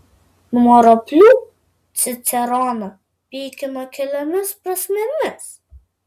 nuo ropių ciceroną pykino keliomis prasmėmis